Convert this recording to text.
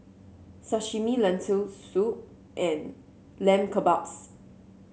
Sashimi Lentil Soup and Lamb Kebabs